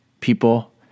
People